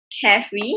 carefree